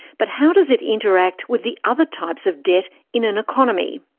but how does it interact with the other types of debt in an economy?